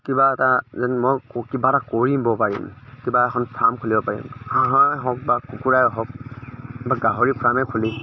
কিবা এটা যেন মই ক কিবা এটা কৰিব পাৰিম কিবা এখন ফাৰ্ম খুলিব পাৰিম হাঁহৰেই হওক বা কুকুৰাই হওক বা গাহৰি ফ্ৰামেই খুলিম